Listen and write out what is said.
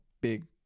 big